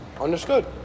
Understood